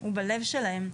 הוא בלב שלהם.